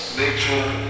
nature